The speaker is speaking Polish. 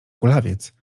kulawiec